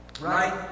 Right